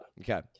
Okay